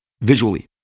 visually